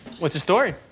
what's your story?